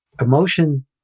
emotion